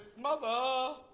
mother!